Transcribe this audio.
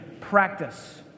practice